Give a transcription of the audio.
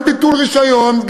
גם ביטול רישיון,